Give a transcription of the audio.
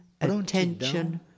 attention